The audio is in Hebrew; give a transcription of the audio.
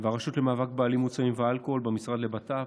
והרשות למאבק באלימות, סמים ואלכוהול במשרד לבט"פ.